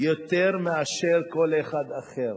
יותר מאשר כל אחד אחר.